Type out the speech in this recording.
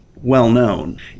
well-known